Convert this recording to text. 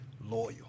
loyal